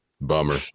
Bummer